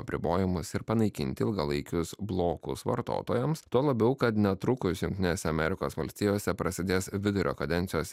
apribojimus ir panaikinti ilgalaikius blokus vartotojams tuo labiau kad netrukus jungtines amerikos valstijose prasidės vidurio kadencijos